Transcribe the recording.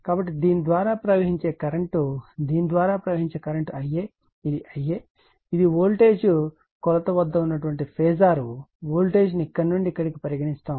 కాబట్టి దీని ద్వారా ప్రవహించే కరెంట్ దీని ద్వారా ప్రవహించే కరెంట్ Ia ఇది Ia ఇది వోల్టేజ్ కొలత వద్ద ఉన్న ఫేజార్ వోల్టేజ్ను ఇక్కడ నుండి ఇక్కడకు పరిగణిస్తాం